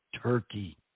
turkey